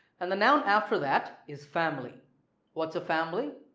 and the noun after that is family what's a family?